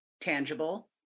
tangible